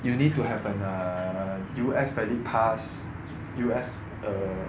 you need to have an err U_S valid pass U_S err